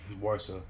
worse